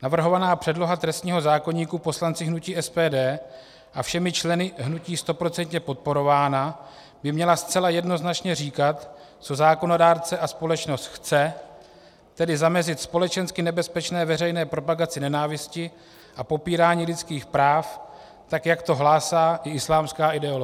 Navrhovaná předloha trestního zákoníku, poslanci hnutí SPD a všemi členy hnutí stoprocentně podporována, by měla zcela jednoznačně říkat, co zákonodárce a společnost chce, tedy zamezit společensky nebezpečné veřejné propagaci nenávisti a popírání lidských práv, jak to hlásá i islámská ideologie.